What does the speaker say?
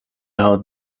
out